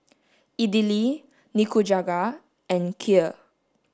Idili Nikujaga and Kheer